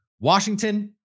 Washington